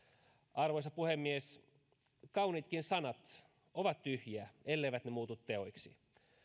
arvoisa puhemies kauniitkin sanat ovat tyhjiä elleivät ne muutu teoiksi